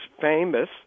famous